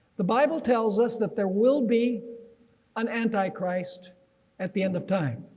the bible tells us that there will be an antichrist at the end of time,